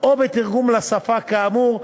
או בתרגום לשפה כאמור,